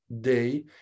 day